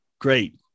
Great